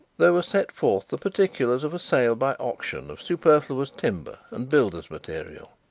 there were set forth the particulars of a sale by auction of superfluous timber and builders' material.